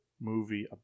movie